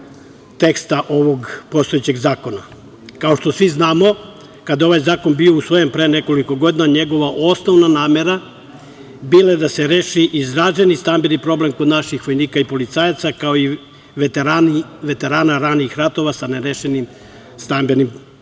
teksta ovog postojećeg zakona. Kao što svi znamo, kada je ovaj zakon bio usvajen pre nekoliko godina, njegova osnovna namera bila je da se reši izraženi stambeni problem kod naših vojnika i policajaca, kao i veterana ranijih ratova sa nerešenim stambenim problemima,